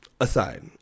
aside